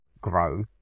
grow